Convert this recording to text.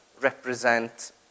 represent